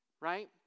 right